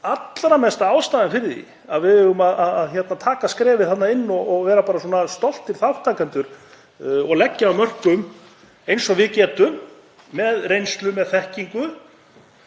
allra mesta ástæðan fyrir því að við eigum að taka skrefið þarna inn og vera bara stoltir þátttakendur og leggja af mörkum eins og við getum með reynslu, með þekkingu